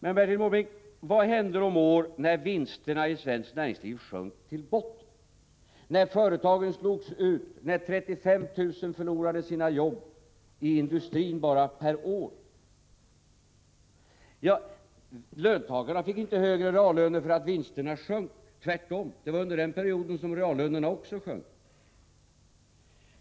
Men, Bertil Måbrink, vad hände de år då vinsterna i svenskt näringsliv sjönk till botten, när företagen slogs ut och 35 000 människor förlorade sitt jobb bara i industrin per år? Ja, löntagarna fick inte högre reallöner därför att vinsterna sjönk. Tvärtom, det var under den perioden som reallönerna också sjönk.